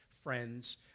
friends